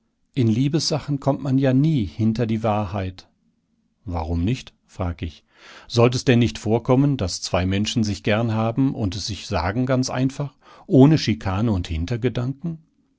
in liebessachen kommt man ja nie hinter die wahrheit warum nicht frag ich sollt es denn nicht vorkommen daß zwei menschen sich gern haben und es sich sagen ganz einfach ohne schikane und hintergedanken